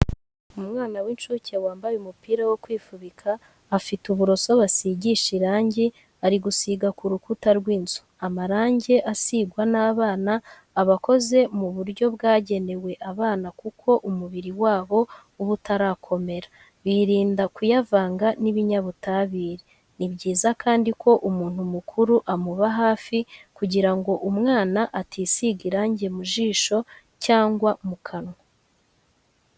Umwana w'incuke wambaye umupira wo kwifubika afite uburoso basigisha irangi ari gusiga ku rukuta rw'inzu. Amarangi asigwa n'abana aba akoze mu buryo bwagenewe abana kuko umubiri wabo uba utarakomera, birinda kuyavanga n'ibinyabutabire. Ni byiza kandi ko umuntu mukuru amuba hafi kugira ngo umwana atisiga irangi mu jisho cyangwa mu kanwa.